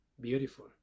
beautiful